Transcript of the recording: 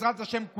בעזרת השם.